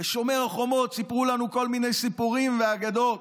בשומר החומות סיפרו לנו כל מיני סיפורים ואגדות,